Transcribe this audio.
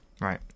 right